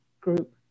group